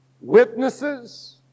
witnesses